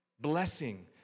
blessing